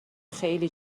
خیلی